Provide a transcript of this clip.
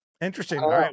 interesting